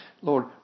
Lord